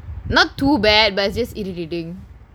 not too bad but just irritating